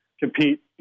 compete